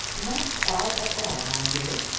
not odd at all, my dear.